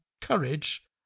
courage